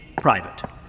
private